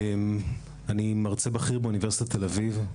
אני מרצה בכיר באוניברסיטת תל אביב,